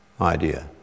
idea